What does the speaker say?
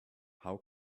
how